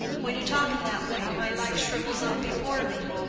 when you talk in that way my life shrivels up before me.